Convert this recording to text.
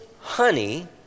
honey